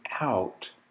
out